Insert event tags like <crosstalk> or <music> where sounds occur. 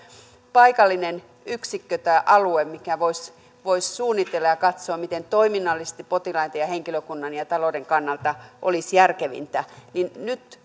paikallinen yksikkö tai alue mikä voisi voisi suunnitella ja katsoa miten toiminnallisesti potilaiden ja henkilökunnan ja talouden kannalta olisi järkevintä niin nyt <unintelligible>